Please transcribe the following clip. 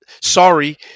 Sorry